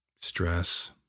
stress